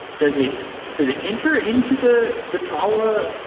does it does it enter into the the talla,